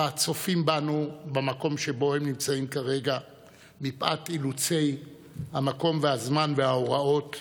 הצופים בנו במקום שבו הם נמצאים כרגע מפאת אילוצי המקום והזמן וההוראות,